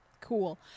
Cool